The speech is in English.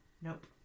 Nope